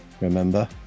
remember